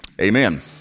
Amen